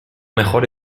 mejor